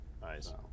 Nice